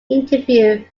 interview